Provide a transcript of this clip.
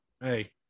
hey